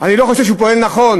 אני לא חושב שהוא פועל נכון?